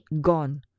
gone